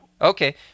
Okay